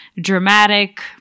dramatic